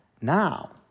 now